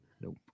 Nope